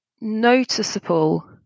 noticeable